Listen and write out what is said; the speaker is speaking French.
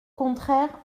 contraire